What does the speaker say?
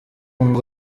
ngo